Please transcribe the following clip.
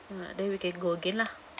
ah then we can go again lah